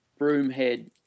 Broomhead